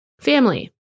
Family